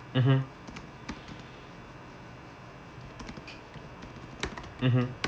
mmhmm mmhmm